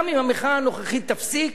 גם אם המחאה הנוכחית תיפסק,